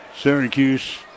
Syracuse